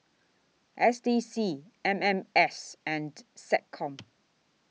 S D C M M S and Seccom